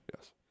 Yes